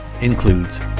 includes